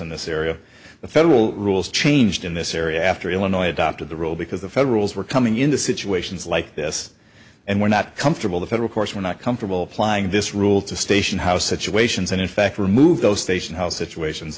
in this area the federal rules changed in this area after illinois adopted the rule because the federals were coming into situations like this and were not comfortable the federal courts were not comfortable plying this rule to station house situations and in fact remove those station house situations